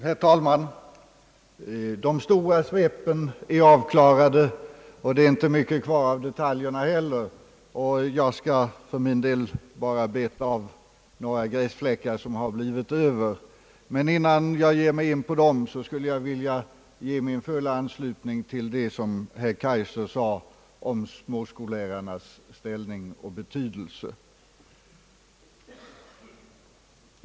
Herr talman! Det stora svepet är nu avklarat, och det återstår inte heller mycket av detaljerna. Jag skall för min del bara beta av några gräsfläckar som blivit över. Men innan jag ger mig in på dessa vill jag ge min fulla anslutning till det som herr Kaijser framhöll om småskollärarnas ställning och betydelse.